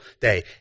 day